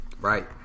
Right